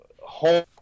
home